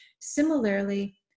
Similarly